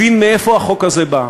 הבין מאיפה החוק הזה בא,